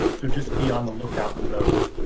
so just be on the lookout for those.